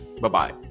Bye-bye